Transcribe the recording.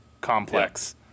complex